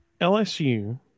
LSU –